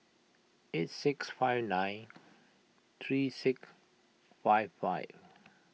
eight six five nine three six five five